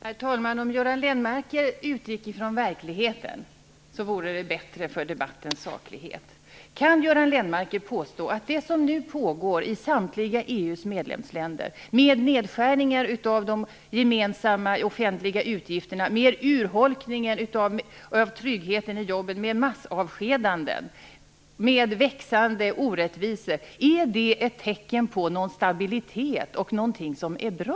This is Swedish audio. Herr talman! Det vore bättre för debattens saklighet om Göran Lennmarker utgick ifrån verkligheten. Kan han påstå att det som nu pågår i samtliga EU:s medlemsländer - nedskärningar av de gemensamma offentliga utgifterna, urholkning av tryggheten i jobbet, massavskedanden och växande orättvisor - är tecken på stabilitet och någonting som är bra?